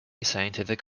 scientific